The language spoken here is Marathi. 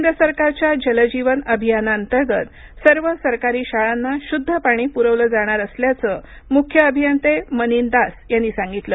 केंद्र सरकारच्या जलजीवन अभियानाअंतर्गत सर्व सरकारी शाळांना शुद्ध पाणी पुरवलं जाणार असल्याचं मुख्य अभियंते मनीन दास यानी सांगितलं